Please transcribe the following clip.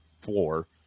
floor